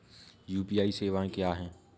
UPI सवायें क्या हैं?